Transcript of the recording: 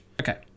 Okay